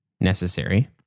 necessary